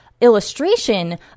illustration